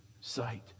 sight